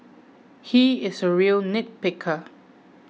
he is a real nitpicker